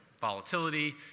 volatility